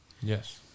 Yes